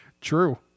True